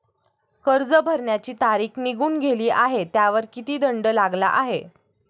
कर्ज भरण्याची तारीख निघून गेली आहे त्यावर किती दंड लागला आहे?